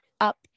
up